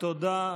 תודה.